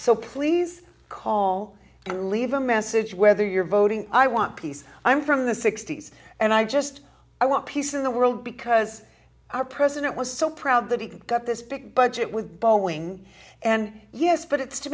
so please call and leave a message whether you're voting i want peace i'm from the sixty's and i just i want peace in the world because our president was so proud that he got this budget with boeing and yes but it's to